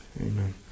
Amen